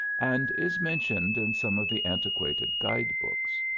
and is mentioned in some of the antiquated guide-books.